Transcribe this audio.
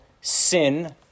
sin